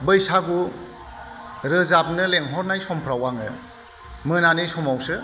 बैसागु रोजाबनो लेंहरनाय समफ्राव आङो मोनानि समावसो